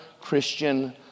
Christian